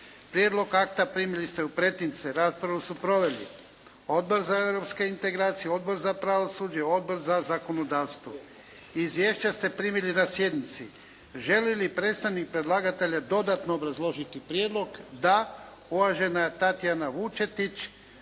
Prijedlog akta primili ste u pretince. Raspravu su proveli Odbor za europske integracije, Odbor za pravosuđe, Odbor za zakonodavstvo. Izvješća ste primili na sjednici. Želi li predstavnik predlagatelja dodatno obrazložiti prijedlog? Da. Uvažena Tatjana Vučetić,